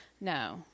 no